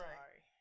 sorry